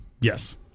Yes